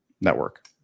network